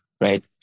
right